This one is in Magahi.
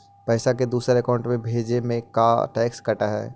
पैसा के दूसरे के अकाउंट में भेजें में का टैक्स कट है?